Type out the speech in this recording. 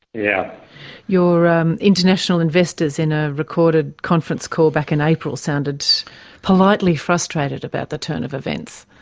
yeah you're um international investors in a recorded conference call back in april sounded politely frustrated about the turn of events.